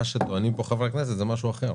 מה שטוענים פה חברי הכנסת זה משהו אחר,